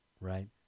Right